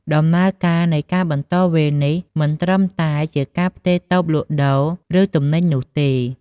ដំណើរការនៃការបន្តវេននេះមិនមែនត្រឹមតែជាការផ្ទេរតូបលក់ដូរ ឬទំនិញនោះទេ។